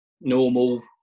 normal